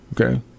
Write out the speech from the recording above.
Okay